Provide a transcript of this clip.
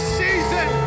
season